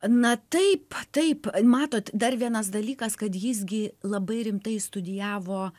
na taip taip matot dar vienas dalykas kad jis gi labai rimtai studijavo